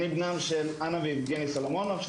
אני בנם של אנה ויבגני סולומונוב,